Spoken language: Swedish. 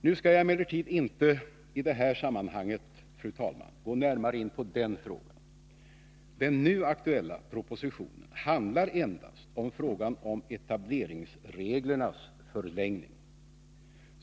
Nu skall jag emellertid inte i detta sammanhang, fru talman, gå närmare in på den frågan. I den nu aktuella propositionen behandlas endast frågan om en förlängning av etableringsreglerna.